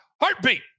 heartbeat